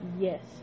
yes